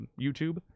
YouTube